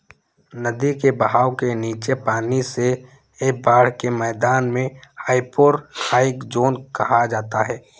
नदी के बहाव के नीचे पानी से बाढ़ के मैदान को हाइपोरहाइक ज़ोन कहा जाता है